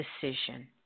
decision